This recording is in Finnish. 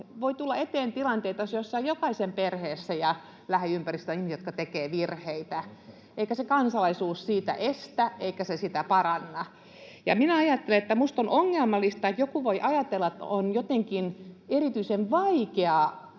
voi tulla eteen tilanteita ja jokaisen perheessä ja lähiympäristössä on ihmisiä, jotka tekevät virheitä, eikä se kansalaisuus sitä estä, eikä se sitä paranna. Ja minä ajattelen, että minusta on ongelmallista, että joku voi ajatella, että on jotenkin erityisen vaikeaa